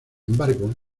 embargo